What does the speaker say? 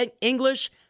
English